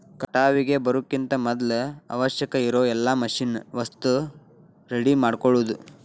ಕಟಾವಿಗೆ ಬರುಕಿಂತ ಮದ್ಲ ಅವಶ್ಯಕ ಇರು ಎಲ್ಲಾ ಮಿಷನ್ ವಸ್ತು ರೆಡಿ ಮಾಡ್ಕೊಳುದ